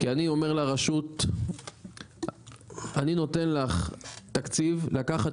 כי אני אומר לרשות אני נותן לך תקציב לקחת